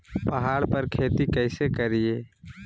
पहाड़ पर खेती कैसे करीये?